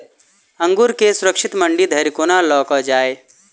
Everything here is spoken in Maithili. अंगूर केँ सुरक्षित मंडी धरि कोना लकऽ जाय?